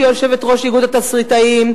שהיא יושבת-ראש איגוד התסריטאים?